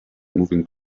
moving